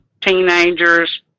teenagers